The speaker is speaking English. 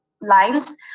lines